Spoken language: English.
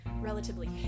relatively